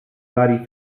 vari